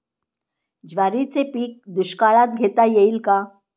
ज्वारीचे पीक दुष्काळात घेता येईल का?